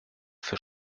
für